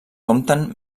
compten